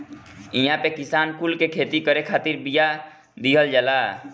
इहां पे किसान कुल के खेती करे खातिर बिया दिहल जाला